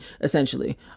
essentially